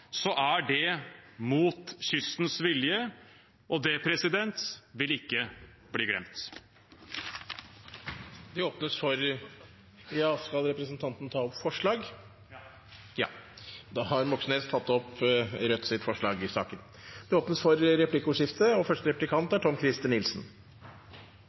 er det mot kystens vilje. Det vil ikke bli glemt. Skal representanten Moxnes ta opp et forslag? Ja. Da har representanten Bjørnar Moxnes tatt opp det forslaget han refererte til. Det blir replikkordskifte. Rødt har i flere tilfeller, senest nå, gått ut og